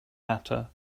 matter